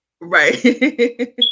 right